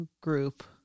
group